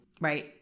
Right